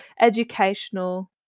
educational